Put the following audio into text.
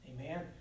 Amen